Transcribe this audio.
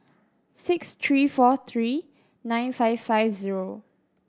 six three four three nine five five zero